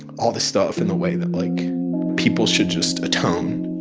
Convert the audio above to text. all this stuff and the way that like people should just atone,